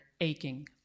aching